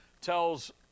tells